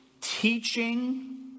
Teaching